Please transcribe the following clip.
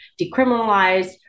decriminalized